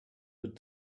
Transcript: with